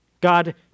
God